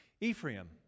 Ephraim